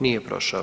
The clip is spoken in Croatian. Nije prošao.